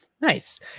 Nice